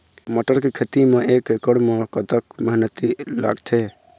मटर के खेती म एक एकड़ म कतक मेहनती लागथे?